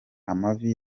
amavi